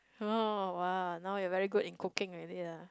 oh !wow! now you are very good in cooking already lah